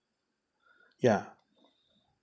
ya